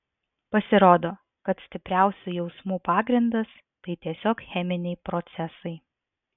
pasirodo kad stipriausių jausmų pagrindas tai tiesiog cheminiai procesai